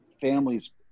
families